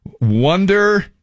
Wonder